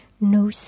no